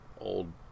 old